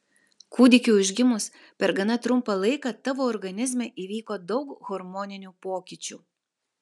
kūdikiui užgimus per gana trumpą laiką tavo organizme įvyko daug hormoninių pokyčių